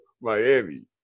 Miami